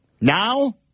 Now